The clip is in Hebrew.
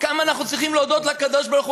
כמה אנחנו צריכים להודות לקדוש-ברוך-הוא